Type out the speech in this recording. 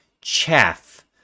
chaff